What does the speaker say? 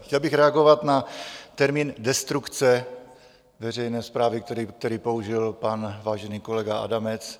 Chtěl bych reagovat na termín destrukce veřejné správy, který použil pan vážený kolega Adamec.